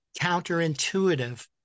counterintuitive